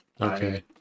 Okay